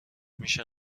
میشه